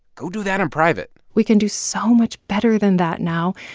go do that in private we can do so much better than that now.